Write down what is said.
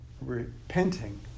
repenting